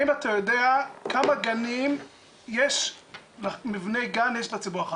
האם אתה יודע כמה מבני גן יש לציבור החרדי?